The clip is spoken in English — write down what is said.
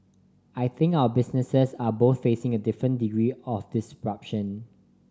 I think our businesses are both facing a different degree of disruption